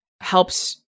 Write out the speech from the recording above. helps